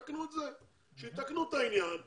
שילוב יוצאי אתיופיה 2020 ואילך,